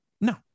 No